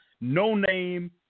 no-name